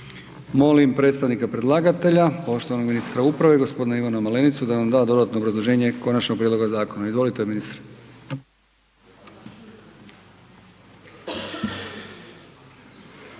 Molim predstavnika predlagatelja poštovanog ministra uprave gospodina Ivana Malenicu da nam da dodatno obrazloženje konačnog prijedloga zakona. Izvolite ministre.